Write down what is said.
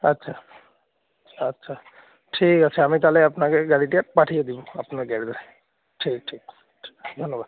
আচ্ছা আচ্ছা ঠিক আছে আমি তালে আপনাকে গাড়িটা পাঠিয়ে দিবো আপনার গ্যারেজে ঠিক ঠিক ঠিক ধন্যবাদ